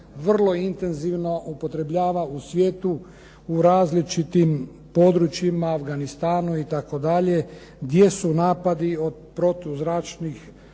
vrlo intenzivno upotrebljava u svijetu u različitim područjima, Afganistanu itd. gdje su napadi od protuzračnih